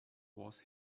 was